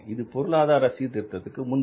இது பொருளாதார சீர்திருத்தத்திற்கு முன்பு